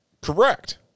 Correct